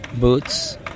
boots